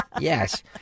Yes